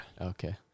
Okay